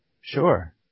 Sure